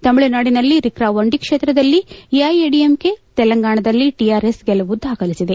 ತಮಿಳುನಾಡಿನಲ್ಲಿ ರಿಕ್ರಾವಂಡಿ ಕ್ಷೇತ್ರದಲ್ಲಿ ಎಐಎಡಿಎಂಕೆ ತೆಲಂಗಾಣದಲ್ಲಿ ಟಆರ್ಎಸ್ ಗೆಲುವು ದಾಖಲಿಸಿದೆ